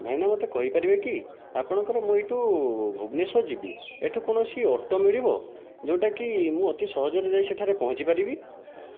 ଭାଇନା ମତେ କହିପାରିବେ କି ଆପଣଙ୍କର ମୁଁ ଏଇଠୁ ଭୁବନେଶ୍ୱର ଯିବି ଏଠି କୌଣସି ଅଟୋ ମିଳିବ ଯେଉଁଟାକି ମୁଁ ଅତି ସହଜରେ ଯାଇ ସେଠାରେ ପହଞ୍ଚିପାରିବି